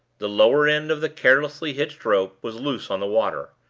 the lower end of the carelessly hitched rope was loose on the water,